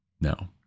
No